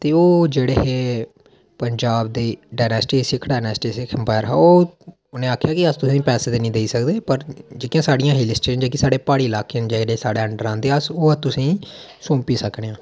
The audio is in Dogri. ते ओह् जेह्ड़े हे पंजाब दे डाइनेसिटी सिक्ख डाइनेसिटी एम्पायर हा ओह् उनें आक्खेआ कि अस तुसेंगी पैसे निं देई सकदे पर जेह्के साढ़े हिल्स न साढ़े प्हाड़ी ल्हाके न जेह्ड़े साढ़े अंडर आंदे अस ओह् तुसेंगी सौंपी देई सकनेआं